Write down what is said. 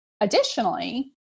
additionally